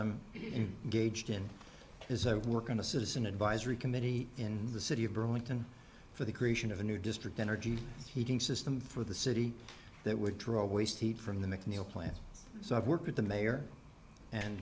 i'm in gauged in is i would work on a citizen advisory committee in the city of burlington for the creation of a new district energy heating system for the city that would draw waste heat from the mcneil plant so i've worked with the mayor and